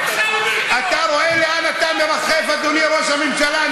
אתה רואה לאן אתה מרחף, אדוני ראש הממשלה?